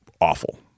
awful